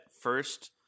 first